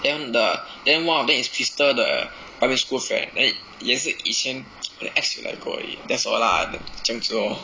then the then one of them is crystal 的 primary school friend then 也是以前我的 ex 有来过而已 that's all lah 这样子 lor